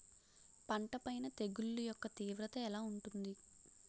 పంట పైన తెగుళ్లు యెక్క తీవ్రత ఎలా ఉంటుంది